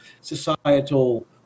societal